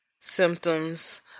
symptoms